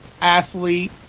athlete